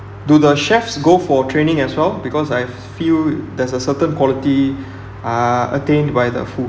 do the chefs go for training as well because I feel there's a certain quality uh attained by the food